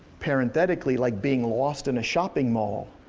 parenthetically, like being lost in a shopping mall.